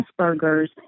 Asperger's